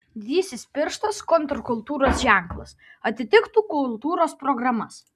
didysis pirštas kontrkultūros ženklas atitiktų kultūros programas